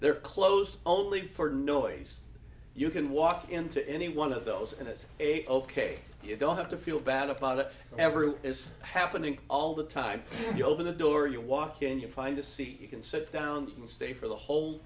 they're closed only for noise you can walk into any one of those and it's a ok you don't have to feel bad about it ever is happening all the time you open the door you walk in you find a seat you can sit down and stay for the whole